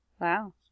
Wow